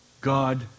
God